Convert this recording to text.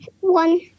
one